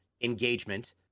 engagement